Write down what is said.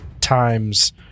times